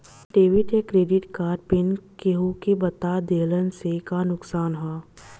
Debit या credit card pin केहूके बता दिहला से का नुकसान ह?